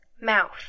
Mouth